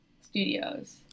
Studios